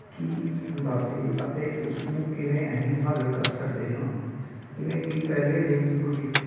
ਕੀ ਹੁੰਦਾ ਸੀ ਅਤੇ ਉਸਨੂੰ ਕਿਵੇਂ ਅਸੀਂ ਹੱਲ ਕਰ ਸਕਦੇ ਹਾਂ ਜਿਵੇਂ ਕਿ ਪਹਿਲੇ ਦੇ ਯੁੱਗ ਵਿੱਚ